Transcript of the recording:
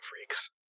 freaks